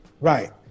Right